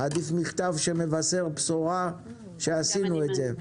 מעדיף מכתב שמבשר שעשינו את זה.